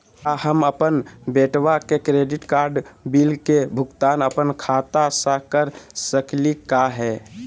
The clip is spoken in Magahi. का हम अपन बेटवा के क्रेडिट कार्ड बिल के भुगतान अपन खाता स कर सकली का हे?